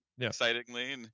excitingly